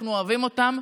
אנחנו אוהבים אותם,